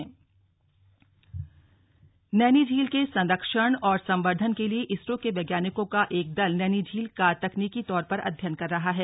नैनी झील नैनी झील के संरक्षण एवं संवर्धन के लिए इसरो के वैज्ञानिकों का एक दल नैनी झील का तकनीकि तौर पर अध्ययन कर रहा हैं